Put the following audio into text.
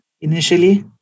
initially